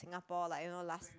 Singapore like you know last